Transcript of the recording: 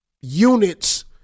units